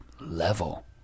level